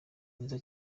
mwiza